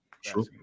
Sure